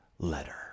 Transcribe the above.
letter